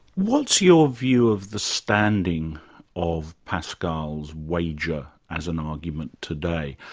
what's your view of the standing of pascal's wager as an argument today?